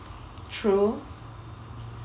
true